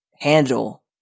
handle